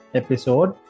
episode